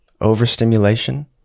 overstimulation